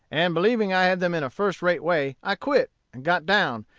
and believing i had them in a first-rate way, i quit and got down,